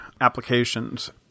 applications